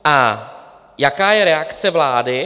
A jaká je reakce vlády?